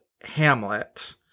Hamlet